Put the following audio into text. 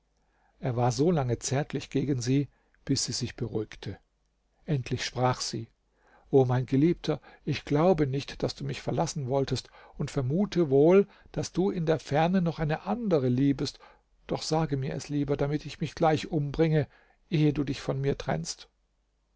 er war solange zärtlich gegen sie bis sie sich beruhigte endlich sprach sie o mein geliebter ich glaube nicht daß du mich verlassen wolltest und vermute wohl daß du in der ferne noch eine andere liebest doch sage mir es lieber damit ich mich gleich umbringe ehe du dich von mir trennst